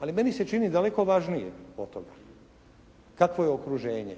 ali meni se čini daleko važnije od toga kakvo je okruženje,